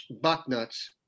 Bucknut's